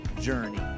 journey